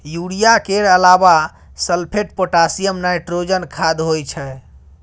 urea केर अलाबा sulphate, potassium, nitrogen खाद होइ छै